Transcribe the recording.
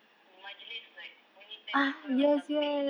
majlis like only ten people or something